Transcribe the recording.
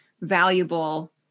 valuable